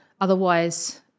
Otherwise